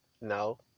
No